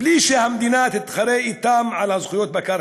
בלי שהמדינה תתחרה אתם על הזכויות בקרקע.